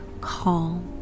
calm